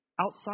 outside